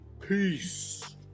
Peace